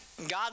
God